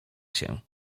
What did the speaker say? się